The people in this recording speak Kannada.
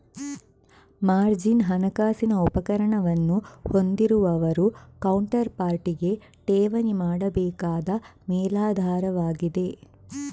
ಮಾರ್ಜಿನ್ ಹಣಕಾಸಿನ ಉಪಕರಣವನ್ನು ಹೊಂದಿರುವವರು ಕೌಂಟರ್ ಪಾರ್ಟಿಗೆ ಠೇವಣಿ ಮಾಡಬೇಕಾದ ಮೇಲಾಧಾರವಾಗಿದೆ